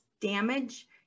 damage